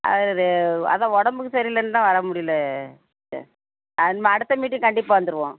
இது அதுதான் உடம்புக்கு சரியில்லைன்னு தான் வரமுடியிலை டீச்சர் ஆ இனிமேல் அடுத்த மீட்டிங் கண்டிப்பாக வந்துடுவோம்